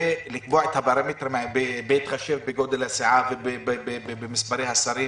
ולקבוע את הפרמטרים בהתחשב בגודל הסיעה ובמספרי השרים